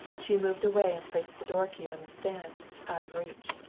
she moved away and placed the door key on the stand, out of reach.